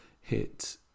hit